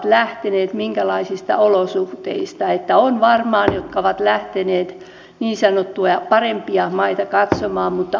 siihen vaikutti voimakas ja väsymätön opposition kritiikki viranomaisten vastustus kriittinen media ja kansalaisjärjestöjen toiminta